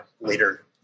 later